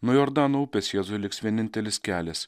nuo jordano upės jėzui liks vienintelis kelias